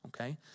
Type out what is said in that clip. okay